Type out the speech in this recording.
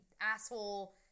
asshole